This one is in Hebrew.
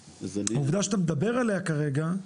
והעובדה שאתה מדבר עליה כרגע,